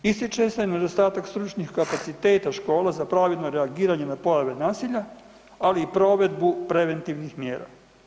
Ističe se nedostatak stručnih kapaciteta škola za pravovremeno reagiranje na pojave nasilja, ali i provedbu preventivnih mjera.